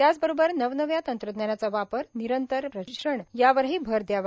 त्याचबरोबर नवनव्या तंत्रज्ञानाचा वापर निरंतर प्रशिक्षण यावरही भर द्यावा